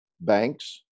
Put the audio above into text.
Banks